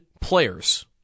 players